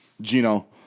Gino